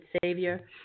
Savior